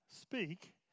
speak